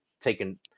taken